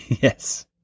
Yes